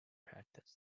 practiced